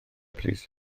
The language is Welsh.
plîs